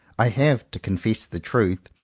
i have, to confess the truth,